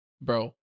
Bro